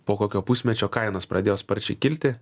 po kokio pusmečio kainos pradėjo sparčiai kilti